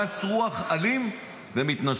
גס רוח, אלים ומתנשא.